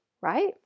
right